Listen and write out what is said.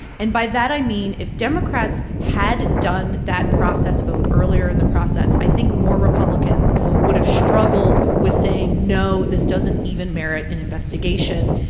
and by that i mean if democrats had done that process vote earlier in the process, i think more republicans would have struggled with saying, no, this doesn't even merit an investigation.